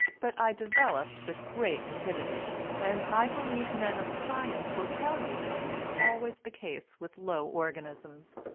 but i developed with great rapidity and i believe men of science will tell you that this is always the case with low organisms.